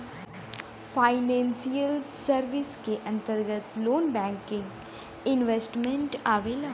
financial service क अंतर्गत loan banking investment आवेला